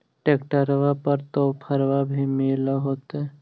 ट्रैक्टरबा पर तो ओफ्फरबा भी मिल होतै?